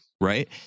right